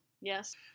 Yes